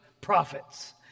prophets